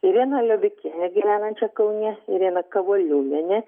ireną liobikienę gyvenančią kaune ireną kavaliūnienę